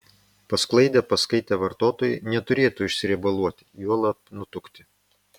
pasklaidę paskaitę vartotojai neturėtų išsiriebaluoti juolab nutukti